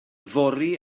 fory